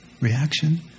reaction